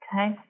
Okay